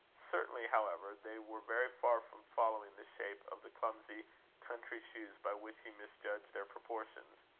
certainly, however, they were very far from following the shape of the clumsy country shoes, by which he misjudged their proportions.